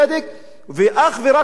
ואך ורק במקום אחר,